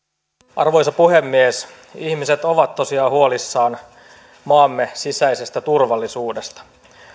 arvoisa puhemies ihmiset ovat tosiaan huolissaan maamme sisäisestä turvallisuudesta